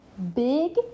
big